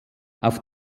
auf